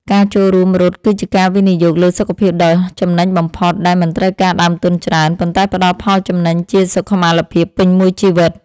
ការចូលរួមរត់គឺជាការវិនិយោគលើសុខភាពដ៏ចំណេញបំផុត ដែលមិនត្រូវការដើមទុនច្រើន ប៉ុន្តែផ្ដល់ផលចំណេញជាសុខុមាលភាពពេញមួយជីវិត។